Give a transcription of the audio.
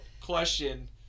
question –